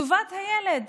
טובת הילד.